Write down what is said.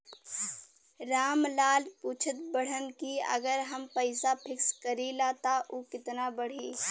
राम लाल पूछत बड़न की अगर हम पैसा फिक्स करीला त ऊ कितना बड़ी?